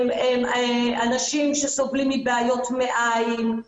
אנשים שסובלים מבעיות מעיים,